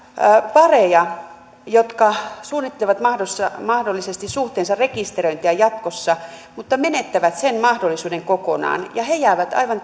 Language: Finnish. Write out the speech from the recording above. pareja jotka suunnittelevat mahdollisesti mahdollisesti suhteensa rekisteröintiä jatkossa mutta menettävät sen mahdollisuuden kokonaan ja he jäävät aivan